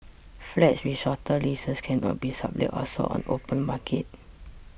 flats with shorter leases cannot be sublet or sold on the open market